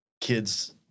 kids